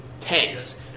tanks